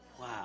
wow